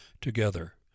together